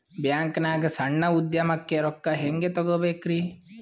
ಬ್ಯಾಂಕ್ನಾಗ ಸಣ್ಣ ಉದ್ಯಮಕ್ಕೆ ರೊಕ್ಕ ಹೆಂಗೆ ತಗೋಬೇಕ್ರಿ?